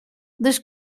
this